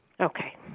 Okay